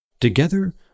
Together